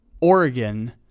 Oregon